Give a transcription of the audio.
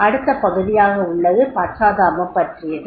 அடுத்த பகுதியாக உள்ளது பச்சாதாபம் பற்றியது